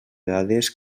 dades